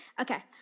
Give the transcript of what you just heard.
Okay